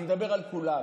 אני מדבר על כולם.